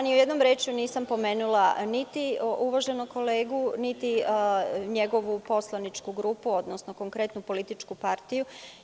Nijednom rečju nisam pomenula ni uvaženog kolegu, niti njegovu poslaničku grupu, odnosno konkretno političku partiju.